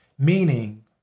Meaning